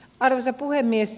arvoisa puhemies